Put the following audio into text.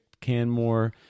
Canmore